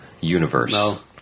universe